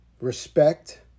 respect